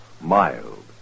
mild